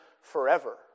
Forever